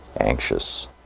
anxious